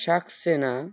Saxena